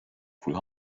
full